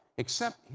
except,